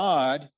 God